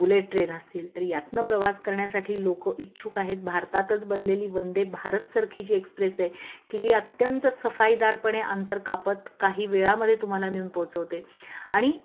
bullet train असतील तर यातनं प्रवास करण्यासाठी लोकं इच्छुक आहेत भारतातच बनलेली वंदे भारतसारखी जी एक्सप्रेस आहे की जी अत्यंत सफाईदारपणे अंतर कापत काही वेळामध्ये तुम्हाला नेऊन पोचवते आणि